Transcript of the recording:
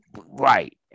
right